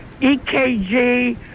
EKG